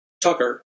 Tucker